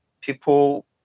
people